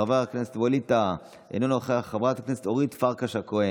חברת הכנסת עאידה תומא סלימאן,